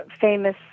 famous